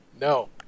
No